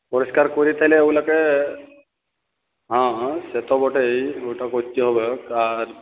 পরিষ্কার করে তাহলে ওনাকে হ্যাঁ হ্যাঁ সে তো বটেই ওটা করতে হবে আর